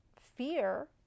fear